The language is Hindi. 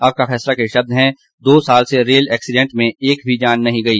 आपका फैसला के शब्द हैं दो साल से रेल एक्सीडेंट में एक भी जान नहीं गई